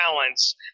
balance